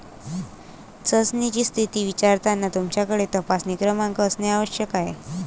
चाचणीची स्थिती विचारताना तुमच्याकडे तपासणी क्रमांक असणे आवश्यक आहे